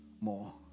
more